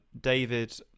David